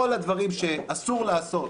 כל הדברים שאסור לעשות